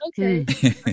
okay